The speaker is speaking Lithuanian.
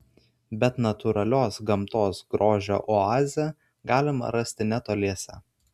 bet natūralios gamtos grožio oazę galima rasti netoliese